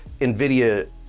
Nvidia